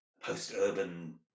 post-urban